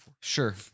Sure